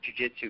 jujitsu